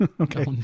Okay